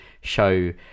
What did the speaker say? show